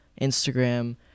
Instagram